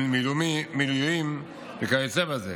מילואים וכיוצא בזה.